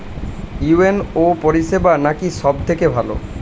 UNO পরিসেবা নাকি সব থেকে ভালো?